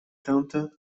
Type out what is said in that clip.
tentent